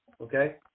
Okay